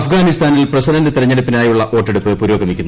അഫ്ഗാനിസ്ഥാനിൽ പ്രസിഡന്റ് തിരഞ്ഞെടുപ്പിനായുള്ള വോട്ടെടുപ്പ് പുരോഗമിക്കുന്നു